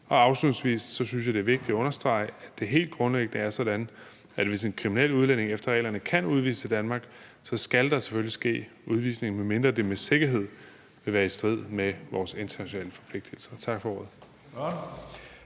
Afslutningsvis synes jeg det er vigtigt at understrege, at det helt grundlæggende er sådan, at hvis en kriminel udlænding efter reglerne kan udvises af Danmark, skal der selvfølgelig ske udvisning, medmindre det med sikkerhed vil være i strid med vores internationale forpligtigelser. Tak for ordet.